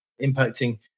impacting